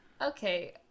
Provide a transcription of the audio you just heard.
Okay